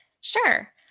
Sure